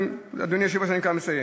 אדוני היושב-ראש, אני כבר מסיים.